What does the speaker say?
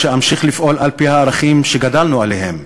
שאמשיך לפעול על-פי הערכים שגדלנו עליהם,